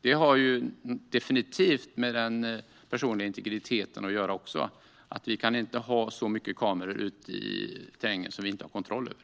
Detta har definitivt med den personliga integriteten att göra - vi kan inte ha så många kameror ute i terrängen som vi inte har kontroll över.